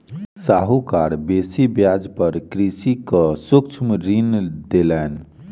साहूकार बेसी ब्याज पर कृषक के सूक्ष्म ऋण देलैन